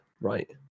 right